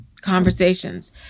conversations